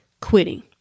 quitting